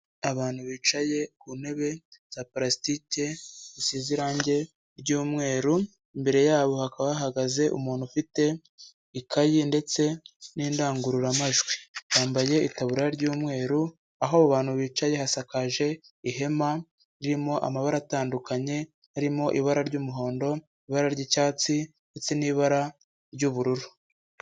Abantu bicaye ku ntebe za palasitike zisize irange ry'umweru, imbere yabo hakaba hahagaze umuntu ufite ikaye ndetse n'indangururamajwi, bambaye itaburiya ry'umweru aho aba bantu bicaye hasakaje ihema ririmo amabara atandukanye, harimo ibara ry'umuhondo, ibara ry'icyatsi ndetse n'ibara ry'ubururu.